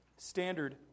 Standard